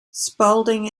spalding